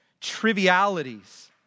trivialities